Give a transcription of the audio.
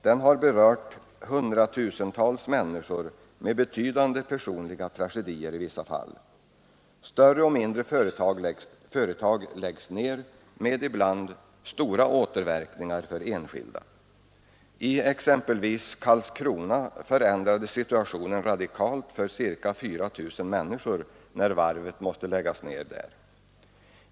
Den har berört hundratusentals människor med betydande personliga tragedier som följd i vissa fall. Större och mindre företag läggs ner med ibland stora återverkningar för enskilda. I Karlskrona förändrades t.ex. situationen radikalt för ca 4 000 människor, när varvet där måste läggas ned.